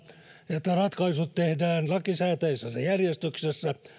että ratkaisut tehdään lakisääteisessä järjestyksessä